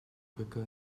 quicker